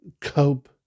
cope